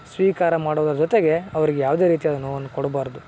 ಸ್ವೀಕಾರ ಮಾಡುವುದರ ಜೊತೆಗೆ ಅವ್ರ್ಗೆ ಯಾವುದೇ ರೀತಿಯಾದ ನೋವನ್ನು ಕೊಡಬಾರ್ದು